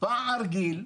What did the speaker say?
פער גיל,